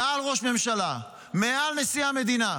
מעל ראש ממשלה, מעל נשיא המדינה.